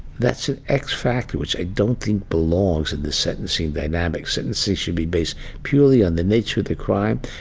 that's an x factor, which i don't think belongs in the sentencing dynamic. sentencing should be based purely on the nature of the crime,